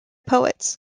poets